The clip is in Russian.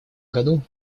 году